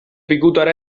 pikutara